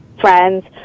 friends